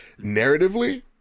Narratively